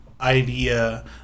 idea